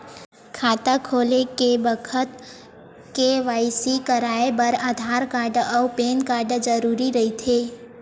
खाता खोले के बखत के.वाइ.सी कराये बर आधार कार्ड अउ पैन कार्ड जरुरी रहिथे